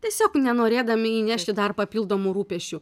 tiesiog nenorėdami įnešti dar papildomų rūpesčių